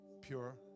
Pure